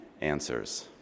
answers